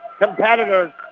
competitors